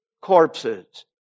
corpses